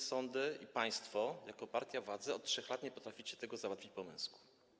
Sądy i państwo jako partia władzy od 3 lat nie potraficie tego załatwić po męsku.